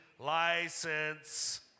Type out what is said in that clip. license